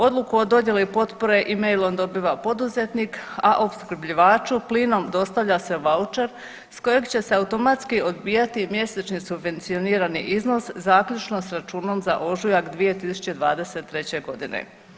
Odluku o dodjeli potpore emailom dobiva poduzetnik, a opskrbljivaču plinu dostavlja se vaučer s kojeg će se automatski odbijati mjesečni subvencionirani iznos zaključno s računom za ožujak 2023. godine.